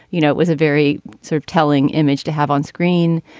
you know it was a very sort of telling image to have on screen.